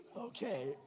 Okay